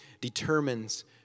determines